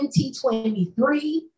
2023